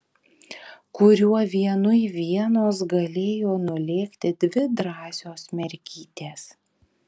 kuriuo vienui vienos galėjo nulėkti dvi drąsios mergytės